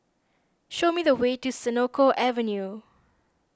show me the way to Senoko Avenue